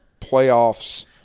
playoffs